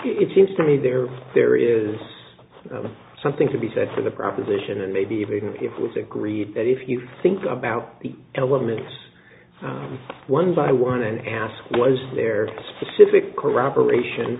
it seems to me there there is something to be said for the proposition and maybe even if it was agreed that if you think about the elements ones i want and ask was there a specific corroboration